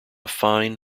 fine